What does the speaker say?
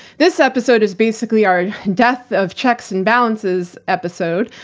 this episode is basically our death of checks and balances episode,